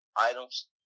items